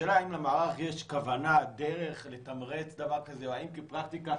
השאלה אם למערך יש כוונה או דרך לתמרץ דבר כזה או האם כפרקטיקה,